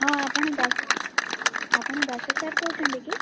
ହଁ ଆପଣ ଆପଣ ଦାସ ସାର୍ କହୁଛନ୍ତି କି